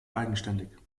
eigenständig